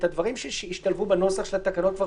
את הדברים שהשתלבו בנוסח של התקנות כבר